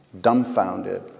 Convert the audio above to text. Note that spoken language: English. dumbfounded